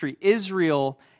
Israel